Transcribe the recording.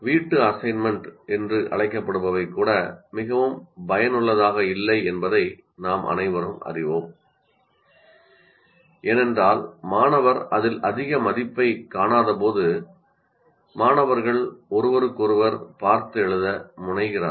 வீட்டு அசைன்மென்ட் என்று அழைக்கப்படுபவை கூட மிகவும் பயனுள்ளதாக இல்லை என்பதை நாம் அனைவரும் அறிவோம் ஏனென்றால் மாணவர் அதில் அதிக மதிப்பைக் காணாதபோது மாணவர்கள் ஒருவருக்கொருவர் பார்த்து எழுத முனைகிறார்கள்